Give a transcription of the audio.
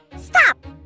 Stop